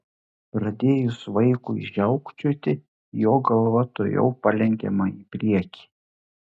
pradėjus vaikui žiaukčioti jo galva tuojau palenkiama į priekį